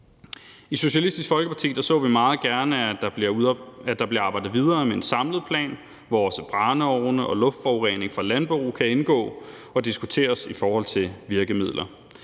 I Socialistisk Folkeparti ser vi meget gerne, at der bliver arbejdet videre med en samlet plan, hvor også brændeovne og luftforurening fra landbrug kan indgå og diskuteres i forhold til virkemidler.